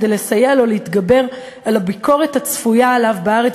כדי לסייע לו להתגבר על הביקורת הצפויה עליו בארץ